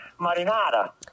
marinara